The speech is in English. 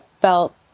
felt